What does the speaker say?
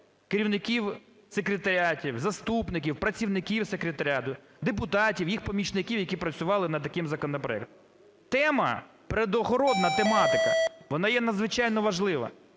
керівників секретаріатів, заступників, працівників секретаріату, депутатів, їх помічників, які працювали над таким законопроектом. Тема, природоохоронна тематика, вона є надзвичайно важлива.